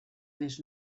més